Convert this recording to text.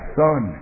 son